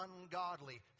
ungodly